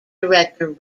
director